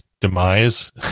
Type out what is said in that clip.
demise